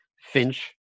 Finch